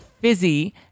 fizzy